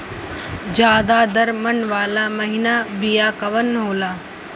ज्यादा दर मन वाला महीन बिया कवन होला?